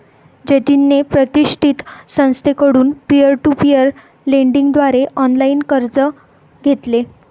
जतिनने प्रतिष्ठित संस्थेकडून पीअर टू पीअर लेंडिंग द्वारे ऑनलाइन कर्ज घेतले